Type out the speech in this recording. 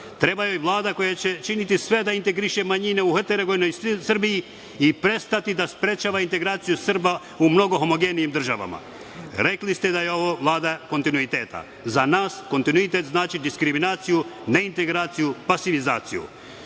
Treba joj Vlada koja će činiti sve da integriše manjine u heterogenoj Srbiji i prestati da sprečava integraciju Srba u mnogo homogenijim državama. Rekli ste da je ovo Vlada kontinuiteta. Za nas kontinuitet znači diskriminaciju, ne integraciju, pasivizaciju.